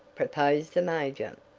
proposed the major.